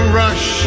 rush